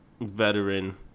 veteran